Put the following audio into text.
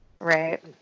Right